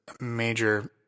major